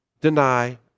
deny